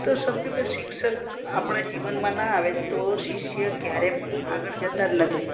તો સમજો કે શિક્ષક આપણા જીવનમાં ના આવે તો શિષ્ય ક્યારેય પણ આગળ જતા જ નથી